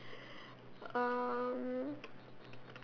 um